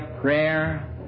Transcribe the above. prayer